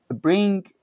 bring